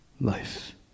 life